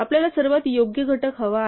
आपल्याला सर्वात योग्य घटक हवा आहे